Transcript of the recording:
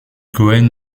cohen